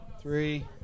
Three